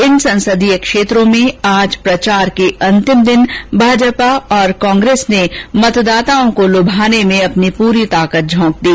इन संसदीय क्षेत्रों में आज प्रचार के अंतिम दिन भाजपा और कांग्रेस ने मतदाताओं को लुभाने में प्ररी ताकत झोंक दी